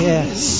Yes